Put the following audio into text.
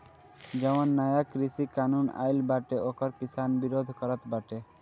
जवन नया कृषि कानून आइल बाटे ओकर किसान विरोध करत बाटे